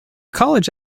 college